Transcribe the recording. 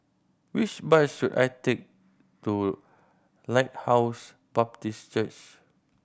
which bus should I take to Lighthouse Baptist Church